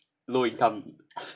low income